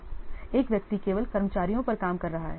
1 व्यक्ति केवल कर्मचारियों पर काम कर रहा है